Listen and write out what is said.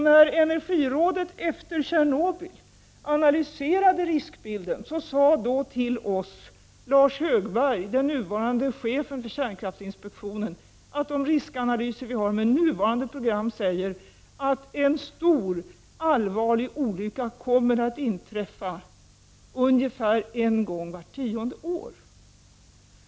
När energirådet efter Tjernobylolyckan analyserade riskbilden sade Lars Högberg, nuvarande chefen för kärnkraftsinspektionen, att de riskanalyserna visade att man med nuvarande program kan säga att en stor och allvarlig olycka kommer att inträffa ungefär vart tionde år.